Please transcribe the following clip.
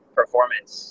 performance